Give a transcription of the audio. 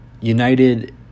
united